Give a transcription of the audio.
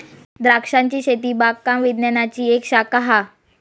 द्रांक्षांची शेती बागकाम विज्ञानाची एक शाखा हा